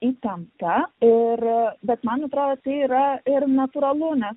įtempta ir bet man atrodo tai yra ir natūralu nes